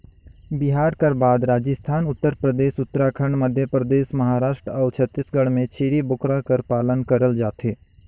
बिहार कर बाद राजिस्थान, उत्तर परदेस, उत्तराखंड, मध्यपरदेस, महारास्ट अउ छत्तीसगढ़ में छेरी बोकरा कर पालन करल जाथे